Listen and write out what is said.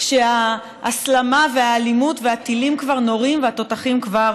כשההסלמה והאלימות הטילים כבר נורים והתותחים כבר